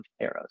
arrows